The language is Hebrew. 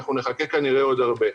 כנראה שנחכה הרבה.